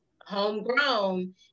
homegrown